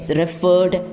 referred